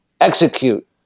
execute